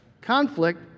conflict